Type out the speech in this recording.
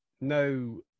no